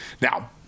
Now